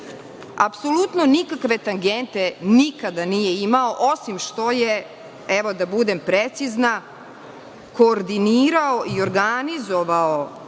apsolutno nikakve tangente nikada nije imao, osim što je, evo da budem precizna, koordinirao i organizovao